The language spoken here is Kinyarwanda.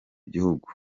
gihugu